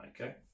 okay